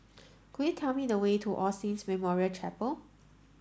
could you tell me the way to All Saints Memorial Chapel